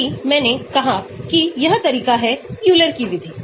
कोई रेजोनेंस प्रभाव नहीं है कि आप कैसे मापते हैं